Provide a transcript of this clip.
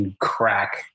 crack